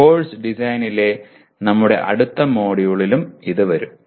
course ഡിസൈനിലെ നമ്മുടെ അടുത്ത മൊഡ്യൂളിലും ഇത് വരും